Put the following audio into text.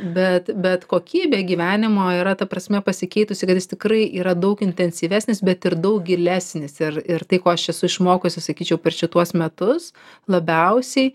bet bet kokybė gyvenimo yra ta prasme pasikeitusi kad jis tikrai yra daug intensyvesnis bet ir daug gilesnis ir ir tai ko aš esu išmokusi sakyčiau per šituos metus labiausiai